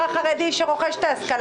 אבל מה שקורה פה --- כשרתים של משרד